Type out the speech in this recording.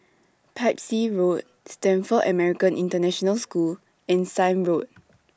Pepys Road Stamford American International School and Sime Road